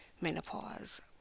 menopause